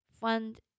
fund